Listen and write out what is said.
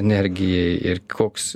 energijai ir koks